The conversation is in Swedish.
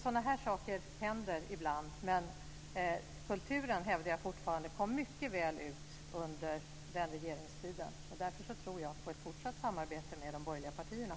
Sådana saker händer ibland, men jag hävdar fortfarande att utfallet blev mycket bra för kulturen under den regeringstiden. Därför tror jag på ett fortsatt samarbete med de borgerliga partierna.